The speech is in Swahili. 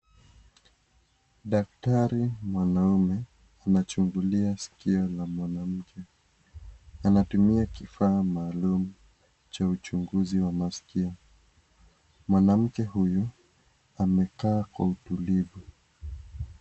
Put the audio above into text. Daktari mwanaume anachungulia sikio la mwanamke. Anatumia kifaa maalum cha uchunguzi wa maskio. Mwanamke huyu amekaa Kwa utulivu.